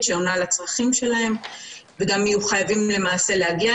שעונה על הצרכים שלהם וגם יהיו חייבים למעשה להגיע.